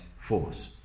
force